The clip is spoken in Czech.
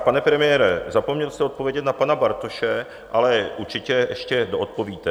Pane premiére, zapomněl jste odpovědět na pana Bartoše, ale určitě ještě doodpovíte.